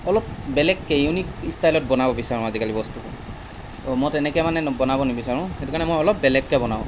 অলপ বেলেগকৈ ইউনিক ইষ্টাইলত বনাব বিচাৰোঁ আজিকালি বস্তুবোৰ মই তেনেকৈ মানে বনাব নিবিচাৰোঁ সেইটো কাৰণে মই অলপ বেলেগকৈ বনাওঁ